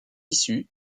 issu